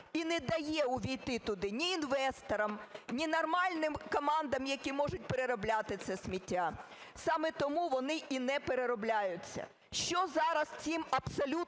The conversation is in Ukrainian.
і не дає увійти туди ні інвесторам, ні нормальним командам, які можуть переробляти це сміття, саме тому вони і не переробляються. Що зараз цим, абсолютно